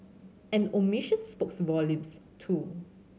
an omission spokes volumes too